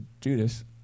Judas